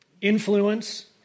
influence